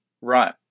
right